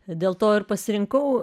dėl to ir pasirinkau